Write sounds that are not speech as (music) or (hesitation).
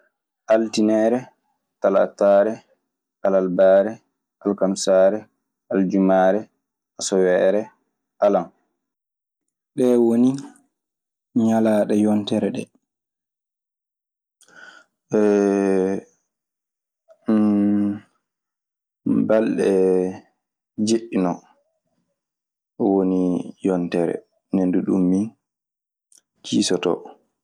Altinere, Tallatare, Albare, Alkamsare, Aljumare, Asawere, Allet. (hesitation) balɗe jeeɗiɗi noon woni yontere, ñande ɗum ni kiisoto.